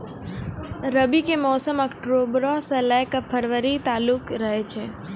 रबी के मौसम अक्टूबरो से लै के फरवरी तालुक रहै छै